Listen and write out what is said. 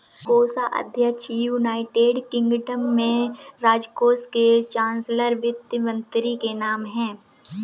कोषाध्यक्ष या, United Kingdom में, राजकोष के चांसलर वित्त मंत्री के नाम है